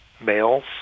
males